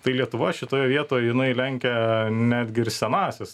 tai lietuva šitoje vietoj jinai lenkia netgi ir senąsias